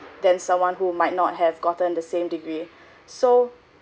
than someone who might not have gotten the same degree so